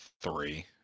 three